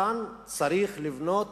כאן צריך לבנות